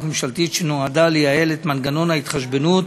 ממשלתית שנועדה לייעל את מנגנון ההתחשבנות